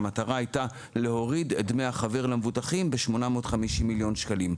המטרה הייתה להוריד את דמי החבר למבוטחים ב-850 מיליון שקלים.